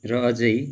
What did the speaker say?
र अझै